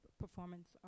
performance